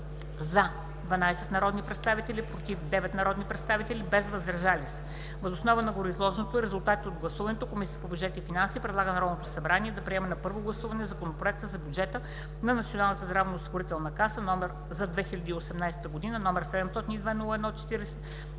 – 12 народни представители: „против“– 9 народни представители, без „въздържали се“. Въз основа на гореизложеното и резултатите от гласуването, Комисията по бюджет и финанси предлага на Народното събрание да приеме на първо гласуване Законопроекта за бюджета на Националната здравноосигурителна каса за 2018 г., № 702-01-40,